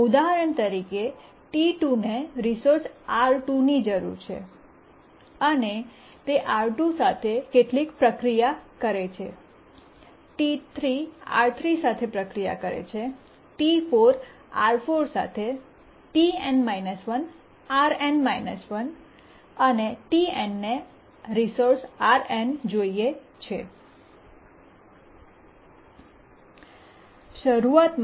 ઉદાહરણ તરીકે T2 ને રિસોર્સ R2 ની જરૂર છે અને તે R2 સાથે કેટલીક પ્રક્રિયા કરે છે T3 R3 સાથે પ્રક્રિયા કરે છે T4 R4 સાથે Tn 1 Rn 1 અને Tnને રિસોર્સ Rn જોઈએ છે